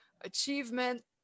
achievement